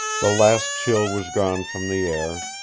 the last chill was gone from the air,